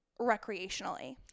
recreationally